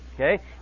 okay